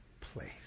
place